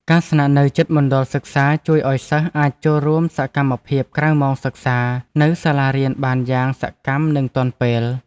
ការស្នាក់នៅជិតមណ្ឌលសិក្សាជួយឱ្យសិស្សអាចចូលរួមសកម្មភាពក្រៅម៉ោងសិក្សានៅសាលារៀនបានយ៉ាងសកម្មនិងទាន់ពេល។